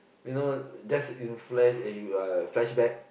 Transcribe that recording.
you know just in flash eh you are uh flashback